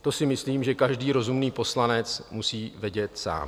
To si myslím, že každý rozumný poslanec musí vědět sám.